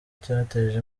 cyateje